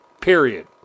Period